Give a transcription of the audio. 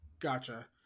gotcha